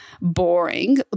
boring